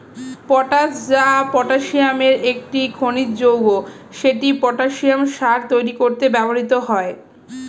potash, যা পটাসিয়ামের একটি খনিজ যৌগ, সেটি পটাসিয়াম সার তৈরি করতে ব্যবহৃত হয়